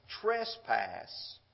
trespass